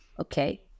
okay